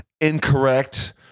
incorrect